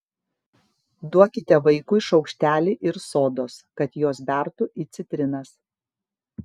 duokite vaikui šaukštelį ir sodos kad jos bertų į citrinas